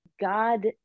God